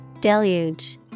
Deluge